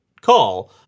call